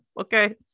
Okay